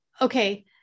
okay